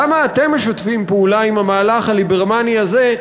למה אתם משתפים פעולה עם המהלך הליברמני הזה,